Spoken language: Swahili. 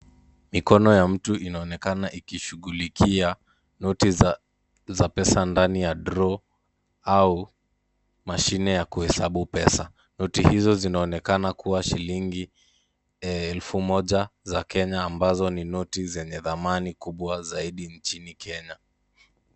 Mikono ya mtu inaonekana ikishughulikia noti za pesa ndani ya draw au mashine ya kuhesabu pesa. Noti hizo zinaonekana kuwa shilingi elfu moja za Kenya, ambazo ni noti zenye thamani kubwa zaidi nchini Kenya.